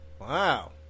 Wow